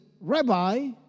Rabbi